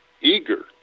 eager